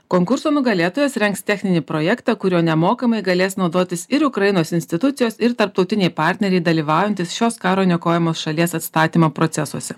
konkurso nugalėtojas rengs techninį projektą kuriuo nemokamai galės naudotis ir ukrainos institucijos ir tarptautiniai partneriai dalyvaujantys šios karo niokojamos šalies atstatymo procesuose